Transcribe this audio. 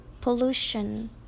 pollution